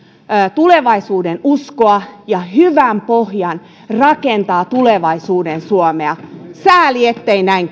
tulevaisuudenuskoa ja hyvän pohjan rakentaa tulevaisuuden suomea sääli ettei näin